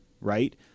right